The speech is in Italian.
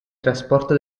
trasporto